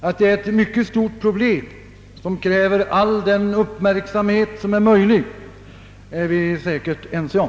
Att det är ett mycket stort problem, som kräver all möjlig uppmärksamhet är vi säkert ense om.